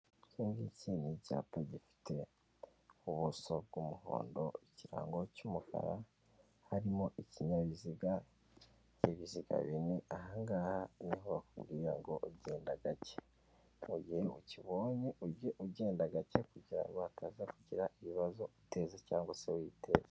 Iki ngiki ni icyapa gifite ubuso bw'umuhondo, ikirango cy'umukara harimo ikinyabiziga ibinyabiziga bine, aha ngaha niho bakubwira ngo ugenda gake, mu gihe ukibonye ujye ugenda gake kugira ngo hataza kugira ibibazo uteza cyangwa se witeza.